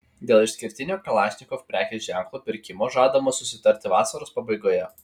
dėl išskirtinio kalašnikov prekės ženklo pirkimo žadama susitarti vasaros pabaigoje